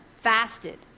fasted